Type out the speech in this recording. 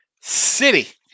City